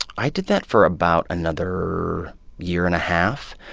i did that for about another year and a half.